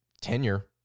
tenure